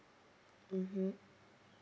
mmhmm